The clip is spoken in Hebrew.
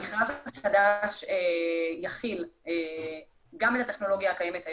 המכרז החדש יכיל גם את הטכנולוגיה הקיימת היום,